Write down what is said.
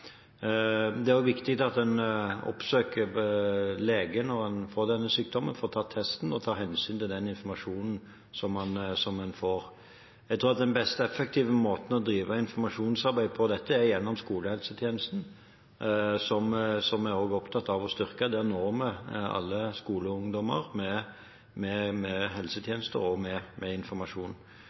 Det er også viktig at en oppsøker lege når en får denne sykdommen, får tatt testen og tar hensyn til den informasjonen som en får. Jeg tror at den mest effektive måten å drive informasjonsarbeid om dette på er gjennom skolehelsetjenesten, som jeg også er opptatt av å styrke. Der når vi alle skoleungdommer med helsetjenester og med informasjon. Så hadde det vært aktuelt med